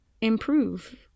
improve